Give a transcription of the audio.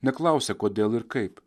neklausia kodėl ir kaip